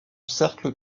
cercle